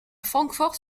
francfort